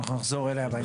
אנחנו נחזור אליה בהמשך.